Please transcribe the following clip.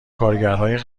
کارگرهای